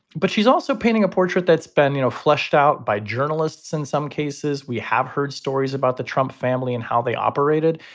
but she's also painting a portrait that's been, you know, flushed out by journalists in some cases. we have heard stories about the trump family and how they operated.